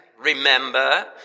Remember